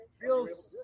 feels